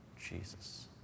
Jesus